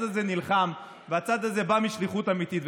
הזה נלחם והצד הזה בא משליחות אמיתית.